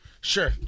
sure